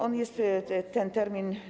On jest, ten termin.